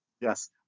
Yes